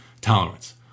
tolerance